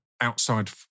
Outside